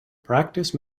practice